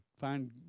find